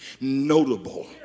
notable